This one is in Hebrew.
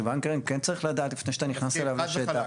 שבעל מקרקעין כן צריך לדעת לפני שאתה נכנס אליו לשטח.